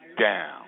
down